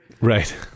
right